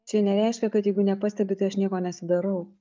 čia nereiškia kad jeigu nepastebi tai aš nieko nesidarau